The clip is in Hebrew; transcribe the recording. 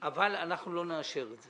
אבל אנחנו לא נאשר את זה,